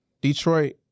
Detroit